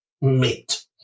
meat